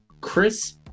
Chris